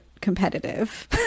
competitive